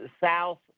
South